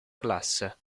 classe